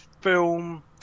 film